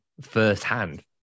firsthand